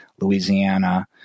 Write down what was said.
Louisiana